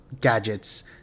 gadgets